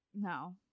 no